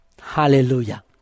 Hallelujah